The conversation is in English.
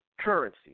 Currency